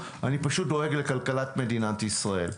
אני פשוט דואג לכלכלת מדינת ישראל.